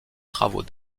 travaux